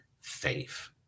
faith